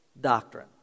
doctrine